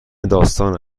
داستان